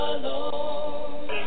alone